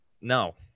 no